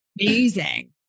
Amazing